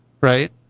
right